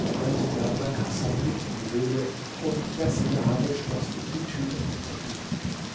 der alte nahm dann hasan mit in die höhle und der sklave schloß die tür hinter ihnen